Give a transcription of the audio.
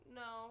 no